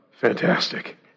Fantastic